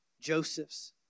Joseph's